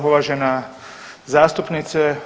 Uvažena zastupnice.